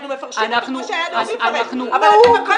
אנחנו מפרשים את זה --- אבל אתם רומסים